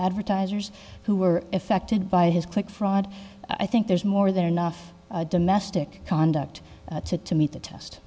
advertisers who were effected by his click fraud i think there's more than enough domestic conduct to to meet the test